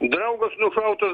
draugas nušautas